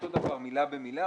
אותו דבר מילה במילה,